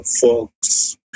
folks